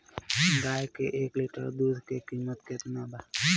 गाय के एक लीटर दुध के कीमत केतना बा?